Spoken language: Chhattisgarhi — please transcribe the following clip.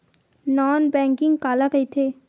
नॉन बैंकिंग काला कइथे?